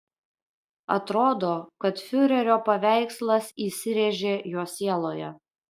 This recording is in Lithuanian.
atrodo kad fiurerio paveikslas įsirėžė jo sieloje